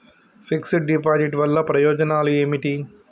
Fix డ్ deposit వల్ల ప్రయోజనాలు ఏమిటి?